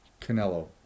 Canelo